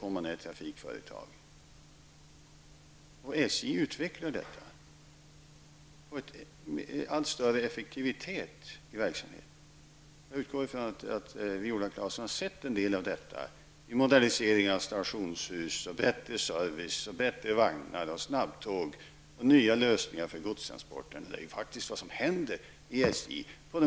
SJ utvecklar detta för att uppnå en allt större effektivitet i verksamheten. Jag utgår ifrån att Viola Claesson har sett en del av detta: modernisering av stationshus, bättre service, bättre vagnar, snabbtåg och nya lösningar för godstransporterna. Det är faktiskt vad som är på gång inom SJ.